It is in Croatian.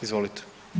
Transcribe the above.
Izvolite.